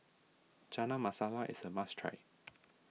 Chana Masala is a must try